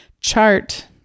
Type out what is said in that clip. chart